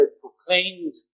proclaimed